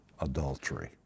adultery